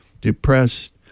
depressed